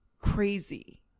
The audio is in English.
crazy